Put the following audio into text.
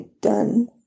done